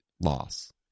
loss